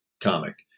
comic